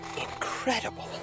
Incredible